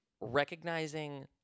recognizing